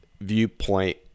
viewpoint